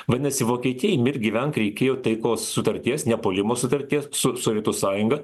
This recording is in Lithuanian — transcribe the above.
vadinasi vokietijai mirk gyvenk reikėjo taikos sutarties nepuolimo sutarties su sovietų sąjunga